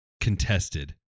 Contested